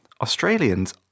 Australians